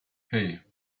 hei